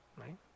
Right